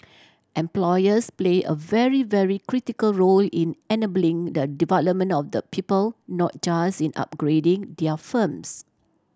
employers play a very very critical role in enabling the development of the people not just in upgrading their firms